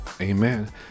amen